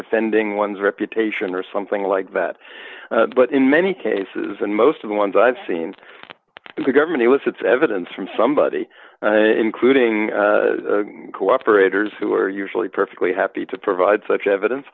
defending one's reputation or something like that but in many cases and most of the ones i've seen in the government it was it's evidence from somebody including cooperators who are usually perfectly happy to provide such evidence